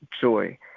joy